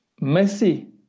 Messi